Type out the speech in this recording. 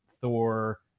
Thor